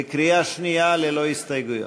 בקריאה שנייה, ללא הסתייגויות.